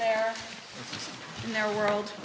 they're in their world